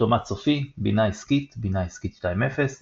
אוטומט סופי בינה עסקית בינה עסקית 2.0